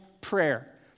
prayer